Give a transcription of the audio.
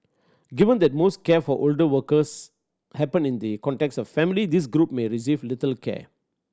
given that most care for older persons happen in the context of family this group may receive little care